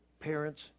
Parents